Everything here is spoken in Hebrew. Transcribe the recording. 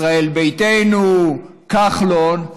ישראל ביתנו, כחלון.